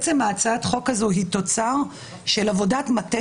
בעצם הצעת החוק הזאת היא תוצר של עבודת מטה